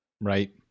Right